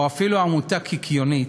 או אפילו עמותה קיקיונית,